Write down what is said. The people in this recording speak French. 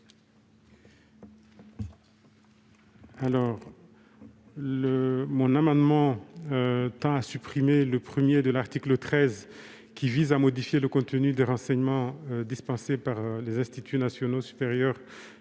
Cet amendement tend à supprimer le 1° de l'article 13, qui modifie le contenu des enseignements dispensés par les instituts nationaux supérieurs